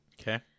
okay